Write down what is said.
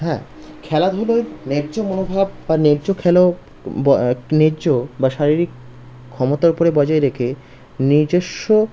হ্যাঁ খেলাধুলায় ন্যায্য মনোভাব বা ন্যায্য খেলো বা ন্যায্য বা শারীরিক ক্ষমতার ওপরে বজায় রেখে নিজস্ব